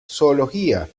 zoología